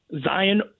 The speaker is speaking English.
Zion